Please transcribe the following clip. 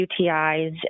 UTIs